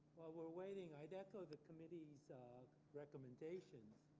we're waiting, i'd echo the committee's recommendations